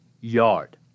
Yard